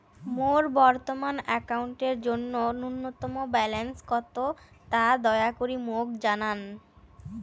মোর বর্তমান অ্যাকাউন্টের জন্য ন্যূনতম ব্যালেন্স কত তা দয়া করি মোক জানান